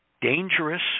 dangerous